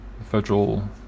federal